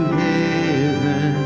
heaven